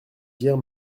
dire